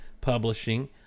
publishing